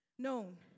known